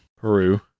Peru